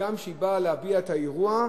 הגם שהיא באה להביע את האירוע,